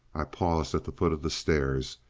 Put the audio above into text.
i paused at the foot of the stairs,